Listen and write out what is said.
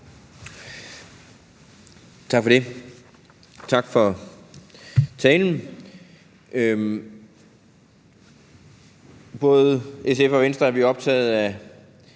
Tak for det. Tak for talen. I både SF og Venstre er vi optaget af